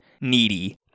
needy